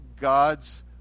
God's